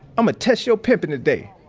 i'm a test your pimpin' today.